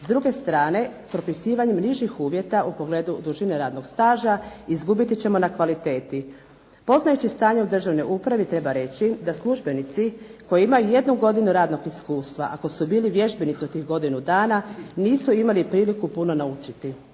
S druge strane propisivanjem nižih uvjeta u pogledu dužine radnog staža izgubiti ćemo na kvaliteti. Poznajući stanje u državnoj upravi treba reći da službenici koji imaju jednu godinu radnog iskustva, ako su bili vježbenici u tih godinu dana nisu imali priliku puno naučiti.